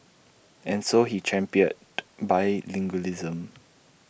and so he championed bilingualism